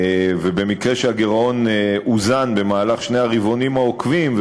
ובמקרה שהגירעון אוזן במהלך שני הרבעונים העוקבים,